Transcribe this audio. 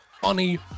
Funny